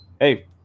hey